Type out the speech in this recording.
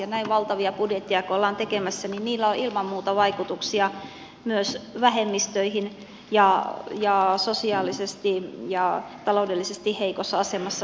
näin valtavia budjetteja kun ollaan tekemässä niin niillä on ilman muuta vaikutuksia myös vähemmistöihin ja sosiaalisesti ja taloudellisesti heikossa asemassa oleviin ihmisiin